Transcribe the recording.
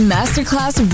Masterclass